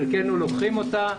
חלקנו לוקחים אותה,